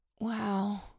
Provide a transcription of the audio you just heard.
wow